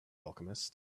alchemist